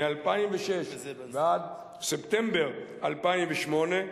מ-2006 ועד ספטמבר 2008,